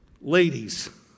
ladies